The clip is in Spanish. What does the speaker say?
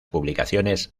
publicaciones